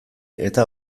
eta